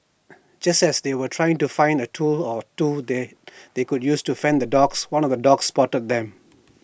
just as they were trying to find A tool or two that they could use to fend off the dogs one of the dogs spotted them